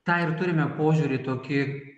tą ir turime požiūrį tokį